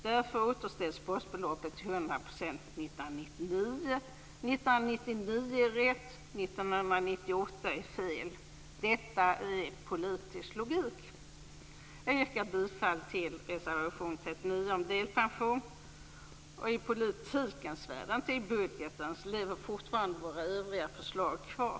Därför återställs basbeloppet till 100 % år 1999. 1999 är rätt. 1998 är fel. Detta är politisk logik. Jag yrkar bifall till reservation 39 om delpension. I politikens värld, inte i budgetens värld, lever våra övriga förslag kvar.